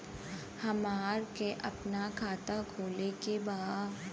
हमरा के अपना खाता खोले के बा?